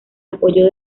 apoyo